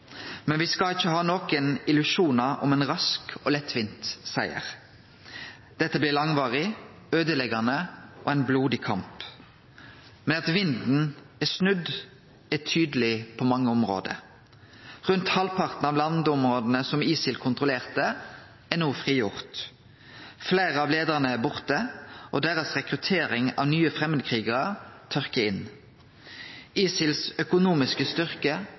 Men me skal ikkje ha nokon illusjonar om ein rask og lettvint siger. Dette blir langvarig, øydeleggjande og ein blodig kamp, men at vinden har snudd, er tydeleg på mange område. Rundt halvparten av landområda som ISIL kontrollerte, er no frigjorde. Fleire av leiarane er borte, og deira rekruttering av nye framandkrigarar tørkar inn. ISILs økonomiske styrke